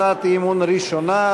הצעת אי-אמון ראשונה,